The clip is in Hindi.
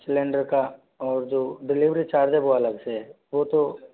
सिलेंडर का और जो डिलीवरी चार्ज है वो अलग से है वो तो